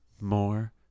more